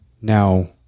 Now